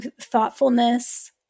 thoughtfulness